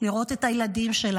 להוכיח מנהיגות ואומץ.